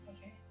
Okay